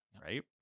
right